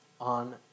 on